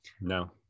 no